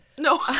No